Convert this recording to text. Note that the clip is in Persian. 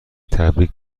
تبریک